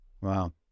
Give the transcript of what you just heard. Wow